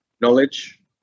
knowledge